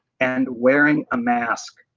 and wearing a mask.